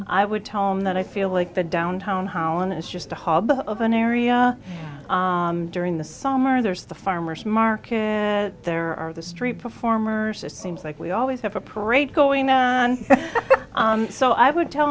i would tell him that i feel like the downtown holland is just the hub of an area during the summer there's the farmer's market there are the street performers it seems like we always have a parade going on so i would tell